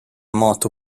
moto